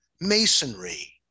masonry